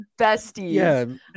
besties